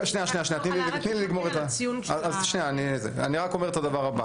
תתמקד בציון של הקבר.